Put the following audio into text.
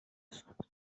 رسوند